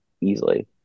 easily